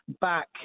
back